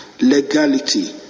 legality